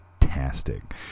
fantastic